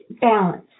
balance